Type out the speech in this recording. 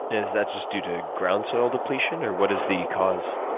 is that just due to ground soil depletion or what is the cause?